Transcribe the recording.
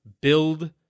build